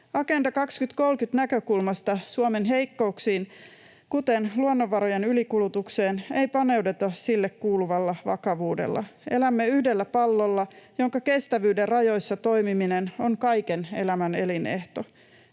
Agenda 2030:n näkökulmasta Suomen heikkouksiin, kuten luonnonvarojen ylikulutukseen, ei paneuduta niille kuuluvalla vakavuudella. Elämme yhdellä pallolla, jonka kestävyyden rajoissa toimiminen on kaiken elämän elinehto.